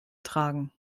tragen